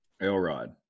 Elrod